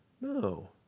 No